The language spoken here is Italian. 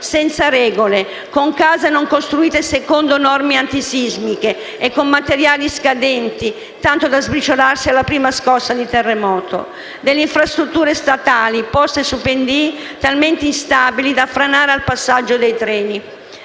senza regole, con case non costruite secondo norme antisismiche e con materiali scadenti tanto da sbriciolarsi alla prima scossa di terremoto; delle infrastrutture statali poste su pendii talmente instabili da franare al passaggio dei treni;